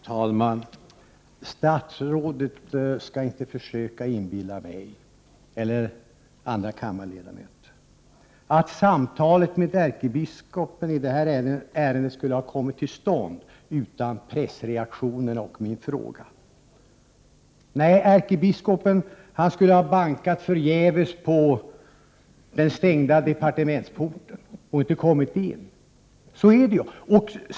Herr talman! Statsrådet skall inte försöka inbilla mig eller andra kammarledamöter att samtalet med ärkebiskopen i det här ärendet skulle ha kommit till stånd utan pressreaktionerna och min fråga. Nej, ärkebiskopen skulle ha bankat förgäves på den stängda departementsporten och inte kommit in. Så är det ju!